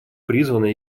призваны